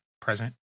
present